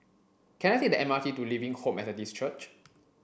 can I take the M R T to Living Hope Methodist Church